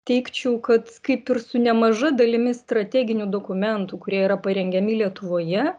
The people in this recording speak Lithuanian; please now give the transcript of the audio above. teigčiau kad kaip ir su nemaža dalimi strateginių dokumentų kurie yra parengiami lietuvoje